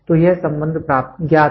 तो यह संबंध ज्ञात है